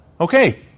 Okay